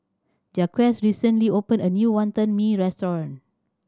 Jaquez recently opened a new Wonton Mee restaurant